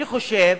אני חושב